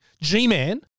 G-Man